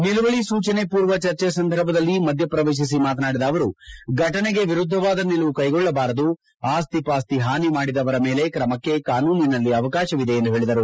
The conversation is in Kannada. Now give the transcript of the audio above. ನಿಲುವಳಿ ಸೂಜನೆ ಪೂರ್ವ ಚರ್ಚೆ ಸಂದರ್ಭದಲ್ಲಿ ಮಧ್ಯ ಪ್ರವೇಶಿಸಿ ಮಾತನಾಡಿದ ಅವರು ಘಟನೆಗೆ ವಿರುದ್ಧವಾದ ನಿಲುವು ಕೈಗೊಳ್ಳಬಾರದು ಆಸ್ತಿ ಪಾಸ್ತಿ ಹಾನಿ ಮಾಡುವವರ ಮೇಲೆ ಕ್ರಮಕ್ಕೆ ಕಾನೂನಿನಲ್ಲಿ ಅವಕಾಶವಿದೆ ಎಂದು ಹೇಳಿದರು